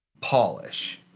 polish